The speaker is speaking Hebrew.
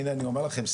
הנה אני אומר לכם,